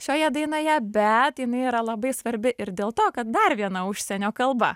šioje dainoje bet jinai yra labai svarbi ir dėl to kad dar viena užsienio kalba